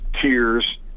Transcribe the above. tears